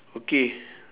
okay